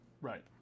Right